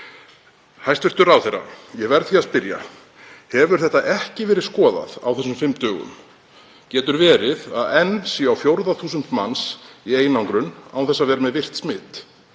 Hæstv. ráðherra, ég verð því að spyrja: Hefur þetta ekki verið skoðað á þessum fimm dögum? Getur verið að enn séu á fjórða þúsund manns í einangrun án þess að vera með virkt smit?